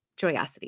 Joyosity